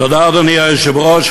אדוני היושב-ראש,